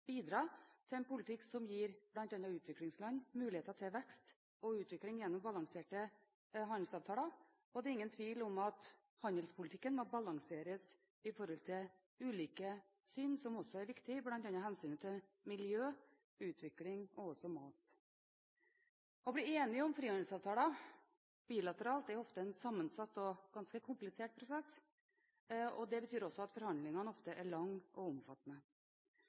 til en politikk som gir bl.a. utviklingsland muligheter til vekst og utvikling gjennom balanserte handelsavtaler. Det er ingen tvil om at handelspolitikken må balanseres overfor ulike syn, som også er viktig, bl.a. hensynet til miljø, utvikling og mat. Å bli enig om frihandelsavtaler bilateralt er ofte en sammensatt og ganske komplisert prosess, og det betyr også at forhandlingene ofte er lange og omfattende.